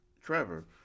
Trevor